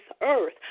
earth